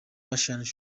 russians